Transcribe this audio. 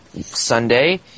Sunday